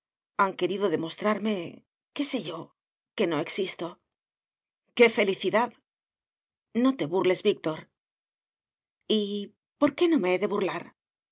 han querido demostrarme qué sé yo que no existo qué felicidad no te burles víctor y por qué no me he de burlar